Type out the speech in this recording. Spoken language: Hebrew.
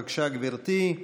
בבקשה, גברתי.